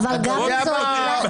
אבל למה זה בעיה?